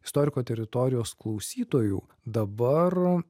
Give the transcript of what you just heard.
istoriko teritorijos klausytojų dabar